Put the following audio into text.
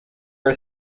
are